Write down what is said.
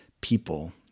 people